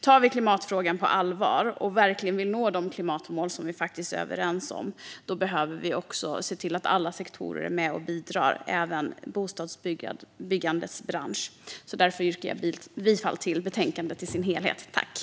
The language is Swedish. Tar vi klimatfrågan på allvar och verkligen vill nå de klimatmål som vi faktiskt är överens om behöver vi också se till att alla sektorer är med och bidrar, även bostadsbyggandets bransch. Jag yrkar bifall till utskottets förslag i betänkandet.